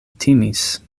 timis